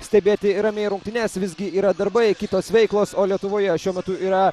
stebėti ramiai rungtynes visgi yra darbai kitos veiklos o lietuvoje šiuo metu yra